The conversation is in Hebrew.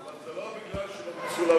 אבל זה לא כי לא מצולם.